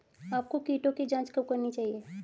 आपको कीटों की जांच कब करनी चाहिए?